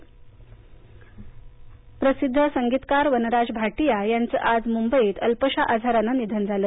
निधन प्रसिद्ध संगीतकार वनराज भाटिया यांचं आज मुंबईत अल्पशा आजारानं निधन झालं